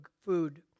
food